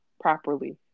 properly